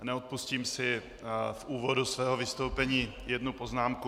Neodpustím si v úvodu svého vystoupení jednu poznámku.